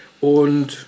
und